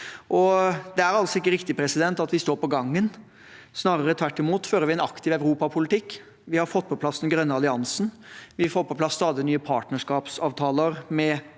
Det er altså ikke riktig at vi står på gangen. Snarere tvert imot fører vi en aktiv europapolitikk. Vi har fått på plass den grønne alliansen, vi får på plass stadig nye partnerskapsavtaler med